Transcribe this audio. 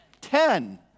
ten